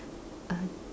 uh